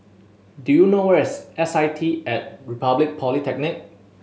do you know where is S I T At Republic Polytechnic